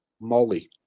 Molly